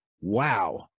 Wow